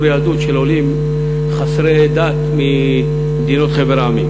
יהדות של עולים חסרי דת ממדינות חבר העמים,